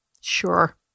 Sure